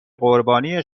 قربانی